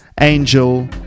angel